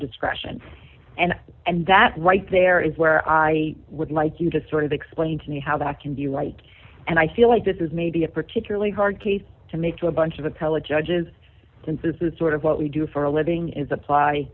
discretion and and that right there is where i would like you to sort of explain to me how that can be right and i feel like this is maybe a particularly hard case to make to a bunch of appellate judges since this is sort of what we do for a living is apply